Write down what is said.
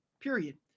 Period